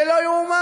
זה לא יאומן,